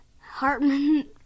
Hartman